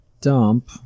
dump